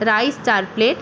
rice চার plate